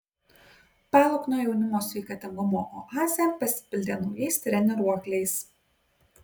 paluknio jaunimo sveikatingumo oazė pasipildė naujais treniruokliais